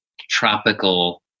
tropical